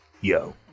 Yo